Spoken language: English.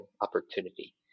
opportunity